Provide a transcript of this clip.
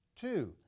Two